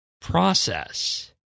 process